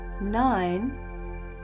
nine